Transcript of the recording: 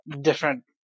different